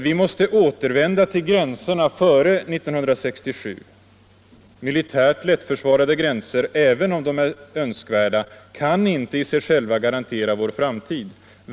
Vi måste återvända till gränserna före 1967 ——-—- militärt lättförsvarade gränser - även om de är önskvärda — kan inte i sig själva garantera vår framtid.